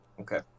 Okay